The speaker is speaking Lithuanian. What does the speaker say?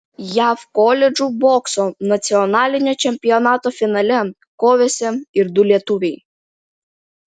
jav koledžų bokso nacionalinio čempionato finale kovėsi ir du lietuviai